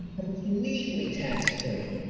completely tax free.